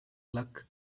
luck